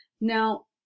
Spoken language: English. Now